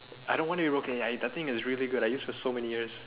I don't want it to be broken ya I think it is really good I used it for so many years